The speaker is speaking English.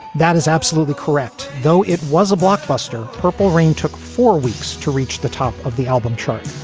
that is absolutely correct, though. it was a blockbuster. purple rain took four weeks to reach the top of the album charts,